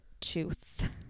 tooth